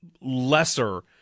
lesser